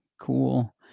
Cool